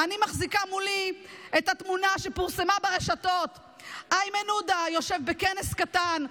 אני מחזיקה מולי את התמונה שפורסמה ברשתות: איימן עודה יושב בכנס קטן.